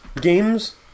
games